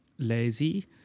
lazy